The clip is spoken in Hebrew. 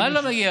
מה לא מגיע?